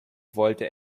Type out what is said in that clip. wollte